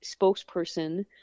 spokesperson